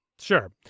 Sure